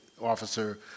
officer